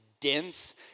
dense